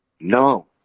No